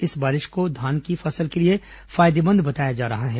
इस बारिश को धान की फसल के लिए फायदेमंद बताया जा रहा है